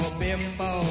bimbo